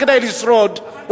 כדי לשרוד,